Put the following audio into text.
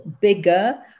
bigger